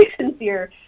sincere